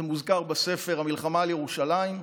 זה מוזכר בספר "המלחמה על ירושלים".